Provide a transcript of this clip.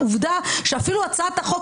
העובדה שאפילו הצעת החוק,